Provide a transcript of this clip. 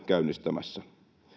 käynnistämässä